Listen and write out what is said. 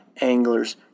anglers